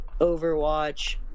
Overwatch